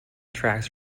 tracks